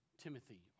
Timothy